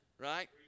right